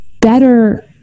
better